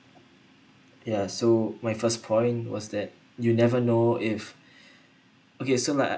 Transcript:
ya so my first point was that you never know if okay so like